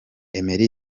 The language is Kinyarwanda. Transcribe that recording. emery